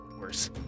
worse